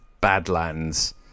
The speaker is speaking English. badlands